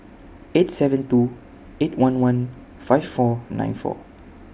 eight seven two eight one one five four nine four